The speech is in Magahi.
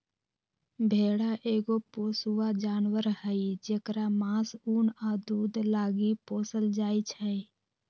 भेड़ा एगो पोसुआ जानवर हई जेकरा मास, उन आ दूध लागी पोसल जाइ छै